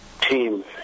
team